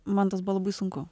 man tas buvo labai sunku